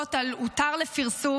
ידיעות על "הותר לפרסום",